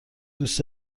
دوست